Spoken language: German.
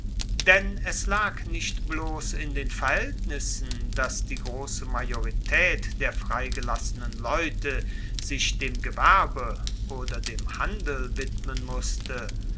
denn es lag nicht bloss in den verhaeltnissen dass die grosse majoritaet der freigelassenen leute sich dem gewerbe oder dem handel widmen musste